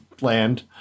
land